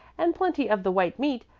and plenty of the white meat,